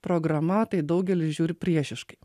programa tai daugelis žiūri priešiškai